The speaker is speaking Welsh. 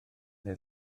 neu